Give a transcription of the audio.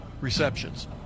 receptions